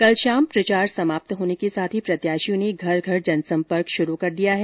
कल शाम प्रचार समाप्त होने के साथ ही प्रत्याशियों ने घर घर जनसंपर्क शुरू कर दिया है